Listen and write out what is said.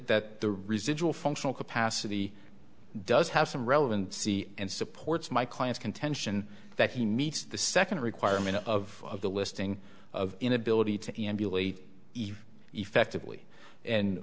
that the residual functional capacity does have some relevant c and supports my client's contention that he meets the second requirement of the listing of inability to emulate effectively and